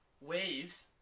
Waves